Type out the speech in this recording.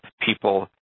people